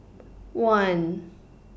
one